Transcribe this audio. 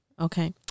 Okay